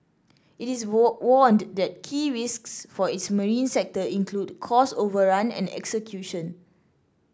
it is warn warned that key risks for its marine sector include cost overrun and execution